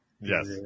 Yes